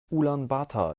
ulaanbaatar